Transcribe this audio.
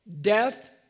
Death